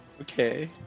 Okay